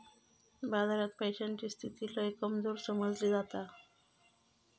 बाजारात पैशाची स्थिती लय कमजोर समजली जाता